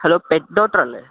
hello pet ഡോക്ടറല്ലേ